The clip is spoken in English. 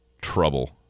trouble